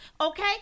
Okay